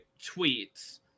tweets